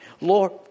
Lord